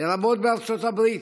לרבות בארצות הברית,